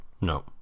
No